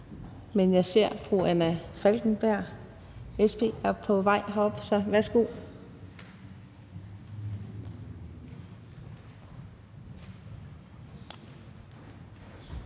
men jeg kan se, at fru Anna Falkenberg, SP, er på vej herop. Værsgo.